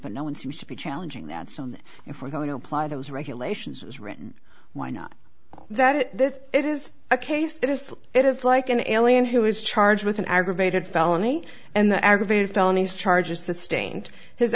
but no one seems to be challenging that so if we're going to apply those regulations as written why not that it is a case that is it is like an alien who is charged with an aggravated felony and aggravated felony charges sustained his